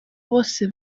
bose